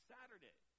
Saturday